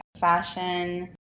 fashion